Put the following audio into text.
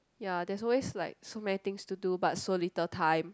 ya there's also like so many things to do but so little time